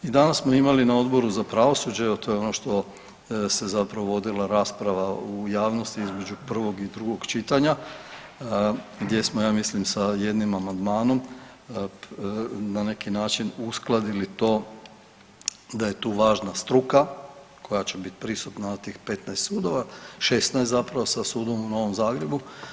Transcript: I danas smo imali na Odboru za pravosuđe, evo to je ono što se zapravo vodila rasprava u javnosti između prvog i drugog čitanja, gdje smo ja mislim sa jednim amandmanom na neki način uskladili to da je tu važna struka koja će bit prisutna na tih 15 sudova, 16 zapravo sa sudom u Novom Zagrebu.